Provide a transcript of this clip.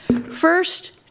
First